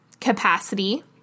capacity